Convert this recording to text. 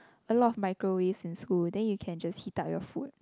a lot of microwaves in school then you can just heat up your food